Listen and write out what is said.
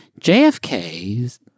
JFK's